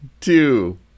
two